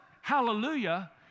hallelujah